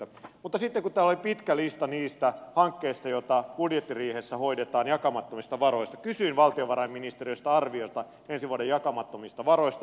mutta sitten kun täällä oli pitkä lista niistä hankkeista joita budjettiriihessä hoidetaan jakamattomista varoista niin kysyin valtiovarainministeriöstä arviota ensi vuoden jakamattomista varoista